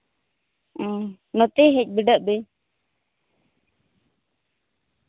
ᱦᱩᱸ ᱱᱚᱛᱮ ᱦᱮᱡ ᱵᱤᱰᱟᱹᱜ ᱵᱤᱱ